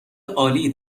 عالی